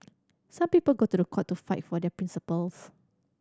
some people go to the court to fight for their principles